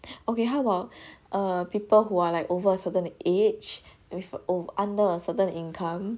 okay how about err people who are like over a certain age with ov~ under a certain income